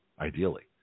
ideally